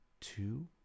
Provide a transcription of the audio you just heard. two